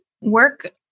work